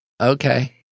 Okay